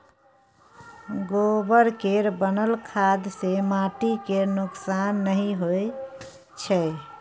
गोबर केर बनल खाद सँ माटि केर नोक्सान नहि होइ छै